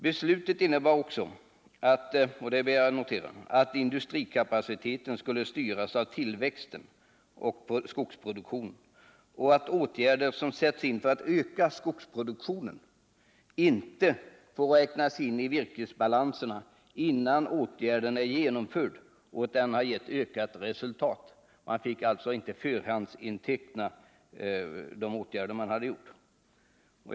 Beslutet innebar också — och det ber jag att få betona — att industrikapaciteten skulle styras av tillväxten av vår skogsindustri och att en åtgärd som sätts in för att öka skogsproduktionen inte får räknas in i virkesbalanserna innan åtgärden är genomförd och har givit en ökning av resultatet. Man skulle alltså inte få förhandsinteckna de åtgärder som vidtas.